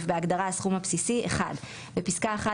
בהגדרה "הסכום הבסיסי" בפסקה (1),